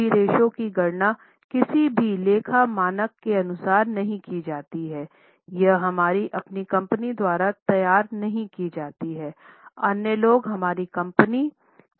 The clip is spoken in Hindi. सभी रेश्यो की गणना किसी भी लेखा मानक के अनुसार नहीं की जाती हैं यह हमारी अपनी कंपनी द्वारा तैयार नहीं की जाती है अन्य लोग हमारी कंपनी को देख रहे हैं